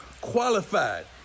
Qualified